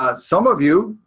ah some of you.